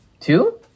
Two